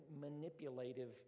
manipulative